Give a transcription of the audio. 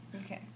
Okay